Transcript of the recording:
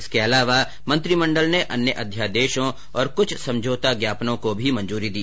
इसके अलावा मंत्रिमंडल ने अन्य अध्यादेशों और कृछसमझौता ज्ञापनों को भी मंजूरी दी